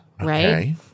right